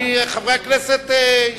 חברי הכנסת,